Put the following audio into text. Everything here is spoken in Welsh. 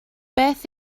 beth